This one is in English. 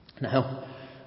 Now